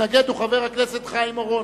הוא חבר הכנסת חיים אורון.